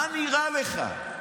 מה נראה לך?